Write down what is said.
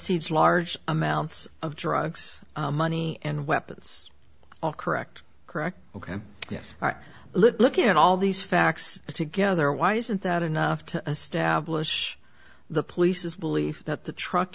seeds large amounts of drugs money and weapons all correct correct ok yes our look at all these facts together why isn't that enough to establish the police's belief that the truck